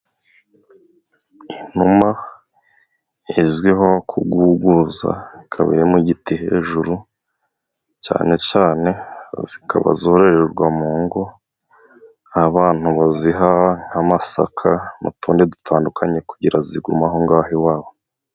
Inuma izwiho kuguguza iyo ziri mu giti hejuru cyane cyane, zikaba zororerwa mu ngo. Abantu baziha nk'amasaka n'utundi dutandukanye kugira zigume aho ngaho iwabo.